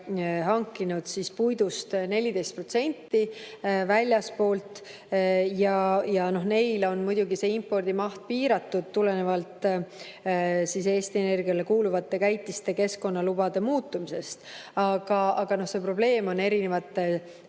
hankinud puidust 14% väljastpoolt. Neil on muidugi impordimaht piiratud tulenevalt Eesti Energiale kuuluvate käitiste keskkonnalubade muutmisest. Aga see probleem on mitmel